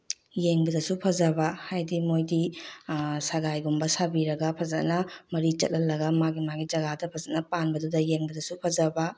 ꯌꯦꯡꯕꯗꯁꯨ ꯐꯖꯕ ꯍꯥꯏꯗꯤ ꯃꯣꯏꯗꯤ ꯁꯒꯥꯏꯒꯨꯝꯕ ꯁꯥꯕꯤꯔꯒ ꯐꯖꯅ ꯃꯔꯤ ꯆꯠꯍꯜꯂꯒ ꯃꯥꯒꯤ ꯃꯥꯒꯤ ꯖꯒꯥꯗ ꯐꯖꯅ ꯄꯥꯟꯕꯗꯨꯗ ꯌꯦꯡꯕꯗꯁꯨ ꯐꯖꯕ